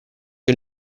che